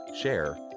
share